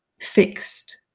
fixed